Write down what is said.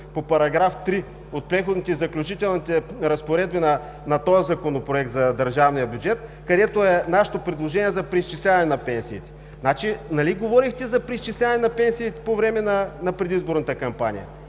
по § 3 от Преходните и заключителните разпоредби на този Законопроект за държавния бюджет, където е нашето предложение за преизчисляване на пенсиите. Нали говорихте за преизчисляване на пенсиите по време на предизборната кампания?